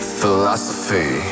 philosophy